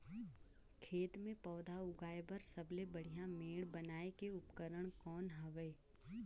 खेत मे पौधा उगाया बर सबले बढ़िया मेड़ बनाय के उपकरण कौन हवे?